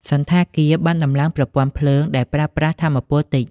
សណ្ឋាគារបានតម្លើងប្រព័ន្ធភ្លើងដែលប្រើប្រាស់ថាមពលតិច។